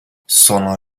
sono